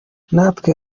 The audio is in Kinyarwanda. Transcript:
natwe